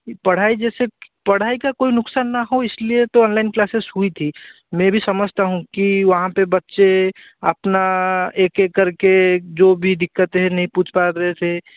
पढ़ाई जैसे पढ़ाई का कोई नुकसान न हो इसलिए तो ऑनलाइन क्लासेस हुई थी मैं भी समझता हूँ की वहाँ पर बच्चे अपना एक एक करके जो भी दिक्कतें हैं नहीं पूछ पा रहे थे